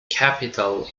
capital